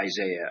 Isaiah